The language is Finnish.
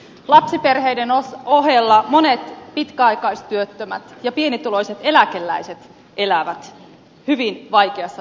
lapsiperheiden ohella monet pitkäaikaistyöttömät ja pienituloiset eläkeläiset elävät hyvin vaikeassa taloudellisessa tilanteessa